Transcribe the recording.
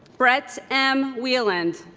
brett m. wheeland